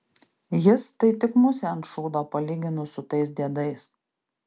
jis tai tik musė ant šūdo palyginus su tais diedais